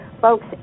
folks